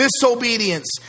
Disobedience